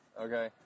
Okay